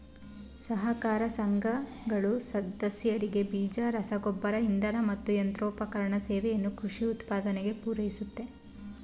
ಸಹಕಾರ ಸಂಘಗಳು ಸದಸ್ಯರಿಗೆ ಬೀಜ ರಸಗೊಬ್ಬರ ಇಂಧನ ಮತ್ತು ಯಂತ್ರೋಪಕರಣ ಸೇವೆಯನ್ನು ಕೃಷಿ ಉತ್ಪಾದನೆಗೆ ಪೂರೈಸುತ್ತೆ